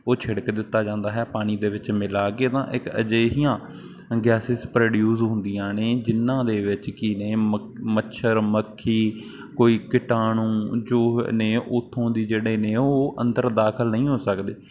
ਉਹ ਛਿੜਕ ਦਿੱਤਾ ਜਾਂਦਾ ਹੈ ਪਾਣੀ ਦੇ ਵਿੱਚ ਮਿਲਾ ਕੇ ਤਾਂ ਇੱਕ ਅਜਿਹੀਆਂ ਗੈਸਿਸ ਪ੍ਰੋਡਿਊਸ ਹੁੰਦੀਆਂ ਨੇ ਜਿਨ੍ਹਾਂ ਦੇ ਵਿੱਚ ਕੀ ਨੇ ਮੱਛਰ ਮੱਖੀ ਕੋਈ ਕੀਟਾਣੂ ਜੋ ਨੇ ਉੱਥੋਂ ਦੀ ਜਿਹੜੇ ਨੇ ਉਹ ਅੰਦਰ ਦਾਖਲ ਨਹੀਂ ਹੋ ਸਕਦੇ